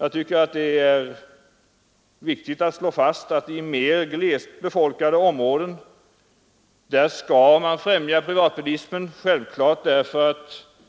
Jag tycker att det är viktigt att slå fast att man i mer glesbefolkade områden självfallet skall främja privatbilismen;